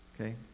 Okay